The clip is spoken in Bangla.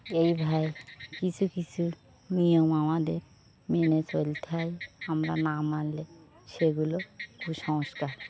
এই ভাবে কিছু কিছু নিয়ম আমাদের মেনে চলতে হয় আমরা না মানলে সেগুলো কুসংস্কার